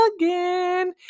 again